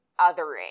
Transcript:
othering